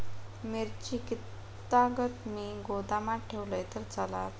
मिरची कीततागत मी गोदामात ठेवलंय तर चालात?